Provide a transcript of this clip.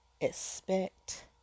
expect